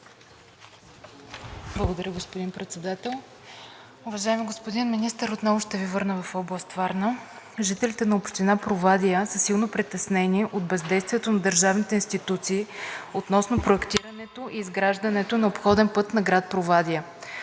Благодаря, господин Председател.